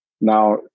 Now